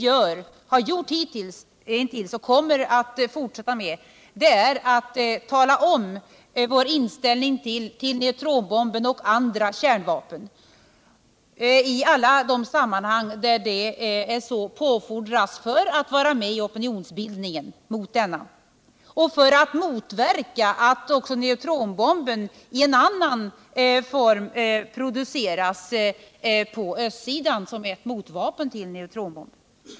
Vad vi hittills gjort och kommer att fortsätta med är att deklarera vår inställning till neutronbomben och andra kärnvapen i alla de sammanhang där så påfordras för att vara med i opinionsbildningen mot neutronbomben och för att förhindra att bomben produceras i annan form på östsidan, som ett motvapen till neutronbomben.